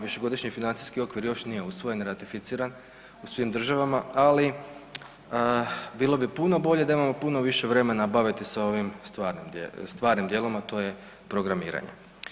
Višegodišnji financijski okvir još nije usvojen, ratificiran u svim državama ali bilo bi puno bolje da imamo puno više vremena baviti se ovim stvarnim dijelom, a to je programiranje.